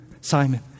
Simon